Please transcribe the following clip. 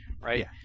right